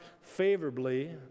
favorably